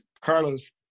Carlos